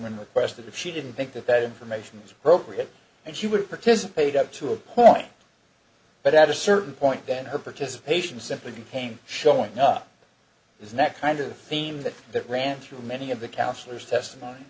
when requested that she didn't think that that information is appropriate and she would participate up to a point but at a certain point then her participation simply became showing up is that kind of theme that that ran through many of the councillors testimony